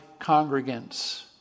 congregants